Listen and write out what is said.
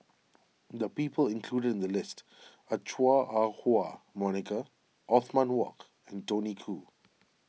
the people included in the list are Chua Ah Huwa Monica Othman Wok and Tony Khoo